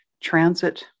transit